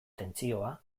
tentsioa